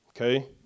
okay